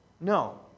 No